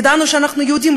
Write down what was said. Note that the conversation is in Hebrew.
ידענו שאנחנו יהודים,